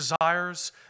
desires